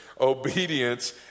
obedience